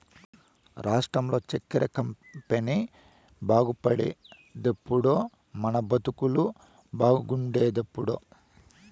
రాష్ట్రంలో చక్కెర కంపెనీ బాగుపడేదెప్పుడో మన బతుకులు బాగుండేదెప్పుడో